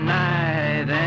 night